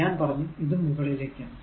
ഞാൻ പറഞ്ഞു ഇത് മുകളിലേക്കാണ്